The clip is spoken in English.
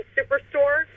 Superstore